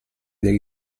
del